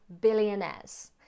billionaires